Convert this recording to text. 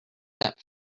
that